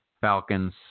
Falcons